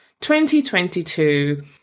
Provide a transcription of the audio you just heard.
2022